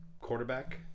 quarterback